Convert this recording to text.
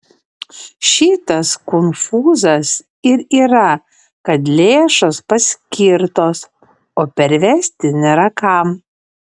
šitas konfūzas ir yra kad lėšos paskirtos o pervesti nėra kam